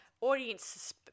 audience